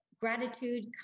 gratitude